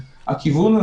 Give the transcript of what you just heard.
שכן.